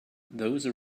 those